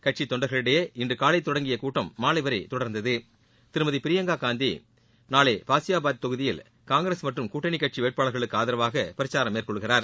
கட்சித் தொண்டர்களிடையே இன்று காலை தொடங்கிய கூட்டம் மாலை வரை தொடர்ந்தது திருமதி பிரியங்கா காந்தி நாளை பாசியாபாத் தொகுதியில் காங்கிரஸ் மற்றும் கூட்டணி கட்சி வேட்பாளர்களுக்கு ஆதரவாக பிரச்சாரம் மேற்கொள்கிறார்